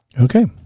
Okay